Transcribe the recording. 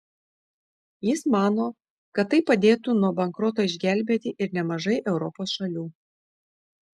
jis mano kad tai padėtų nuo bankroto išgelbėti ir nemažai europos šalių